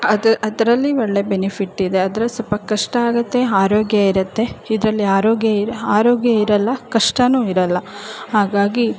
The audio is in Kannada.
ಅದು ಅದರಲ್ಲಿ ಒಳ್ಳೆಯ ಬೆನಿಫಿಟ್ಟಿದೆ ಆದರೆ ಸ್ವಲ್ಪ ಕಷ್ಟ ಆಗುತ್ತೆ ಆರೋಗ್ಯ ಇರುತ್ತೆ ಇದರಲ್ಲಿ ಆರೋಗ್ಯ ಇಲ್ಲಿ ಆರೋಗ್ಯ ಇರೋಲ್ಲ ಕಷ್ಟವೂ ಇರೋಲ್ಲ ಹಾಗಾಗಿ